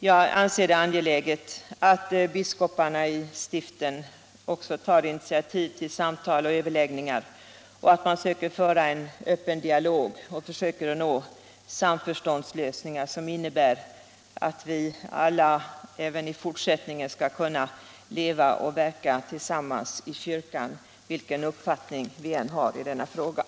Jag anser det också angeläget att biskoparna i stiften tar initiativ till samtal och överläggningar, och att man försöker föra en öppen dialog för att få fram samförståndslösningar som leder till att vi alla — vilken uppfattning vi än har i denna fråga — även i fortsättningen skall kunna leva och verka tillsammans i kyrkan.